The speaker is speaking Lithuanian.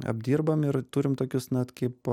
apdirbam ir turim tokius net kaip